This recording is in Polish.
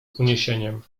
uniesieniem